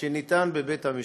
שנתן בית-המשפט.